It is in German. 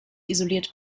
isoliert